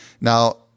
Now